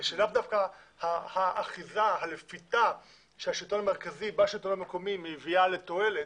ולא דווקא האחיזה והלפיתה של השלטון המרכזי בשלטון המקומי מביאה לתועלת.